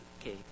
okay